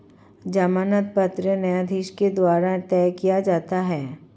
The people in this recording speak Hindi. जमानत पत्र न्यायाधीश के द्वारा तय किया जाता है